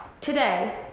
Today